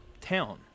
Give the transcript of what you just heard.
town